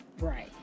Right